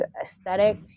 aesthetic